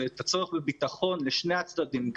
ואת הצורך בביטחון לשני הצדדים,